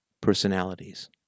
personalities